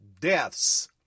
deaths